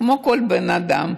כמו כל בן אדם,